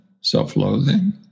self-loathing